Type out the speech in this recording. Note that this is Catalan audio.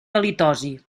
halitosi